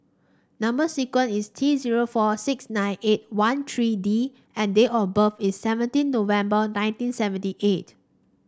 number sequence is T zero four six nine eight one three D and date of birth is seventeen November nineteen seventy eight